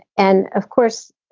and of course,